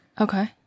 Okay